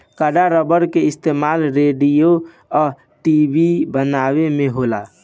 कड़ा रबड़ के इस्तमाल रेडिओ आ टी.वी बनावे में होला